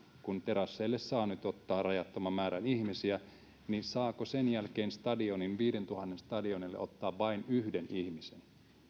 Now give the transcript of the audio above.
kun terasseille saa nyt ottaa rajattoman määrän ihmisiä niin saako sen jälkeen viidentuhannen stadionille ottaa vain yhden ihmisen